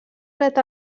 dret